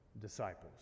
disciples